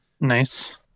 Nice